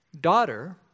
Daughter